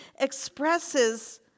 expresses